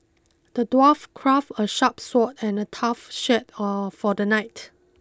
the dwarf crafted a sharp sword and a tough shield for the knight